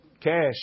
cash